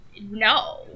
no